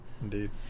indeed